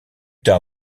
tard